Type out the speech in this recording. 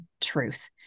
truth